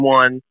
one